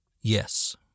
yes